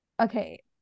okay